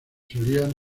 solían